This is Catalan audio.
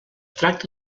tracta